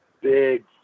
big